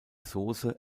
sauce